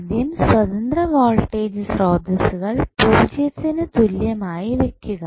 ആദ്യം സ്വതന്ത്ര വോൾട്ടേജ് സ്രോതസ്സുകൾ പൂജ്യത്തിന് തുല്യമായി വയ്ക്കുക